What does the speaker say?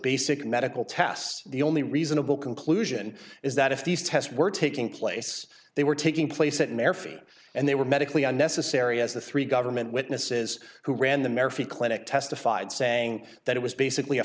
basic medical tests the only reasonable conclusion is that if these tests were taking place they were taking place at an airfield and they were medically unnecessary as the three government witnesses who ran the mare fee clinic testified saying that it was basically a